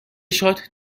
شات